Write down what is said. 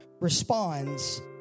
responds